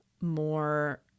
more